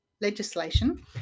legislation